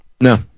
No